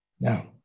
Now